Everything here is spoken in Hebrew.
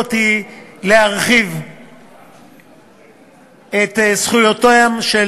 ההסתייגויות היא להרחיב את זכויותיהם של